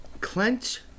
Clench